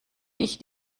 ich